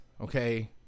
Okay